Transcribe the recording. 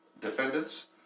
defendants